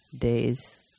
days